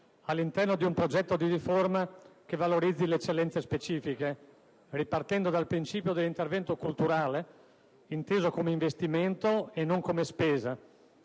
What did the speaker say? all'interno di un progetto di riforma che valorizzi le eccellenze specifiche, ripartendo dal principio dell'intervento culturale, inteso come investimento e non come spesa;